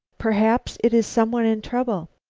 perhaps it is some one in trouble.